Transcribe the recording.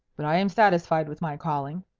but i am satisfied with my calling,